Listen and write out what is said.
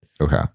Okay